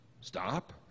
stop